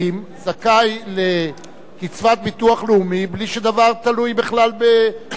זכאי לקצבת ביטוח לאומי בלי שהדבר תלוי בכלל בהכנסתו?